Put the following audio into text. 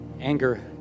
anger